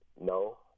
No